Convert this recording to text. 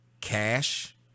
Cash